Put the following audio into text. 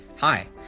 Hi